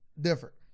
Different